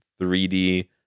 3D